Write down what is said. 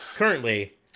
currently